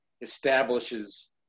establishes